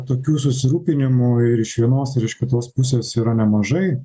tokių susirūpinimų ir iš vienos ir iš kitos pusės yra nemažai